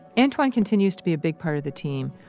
antwan continues to be a big part of the team.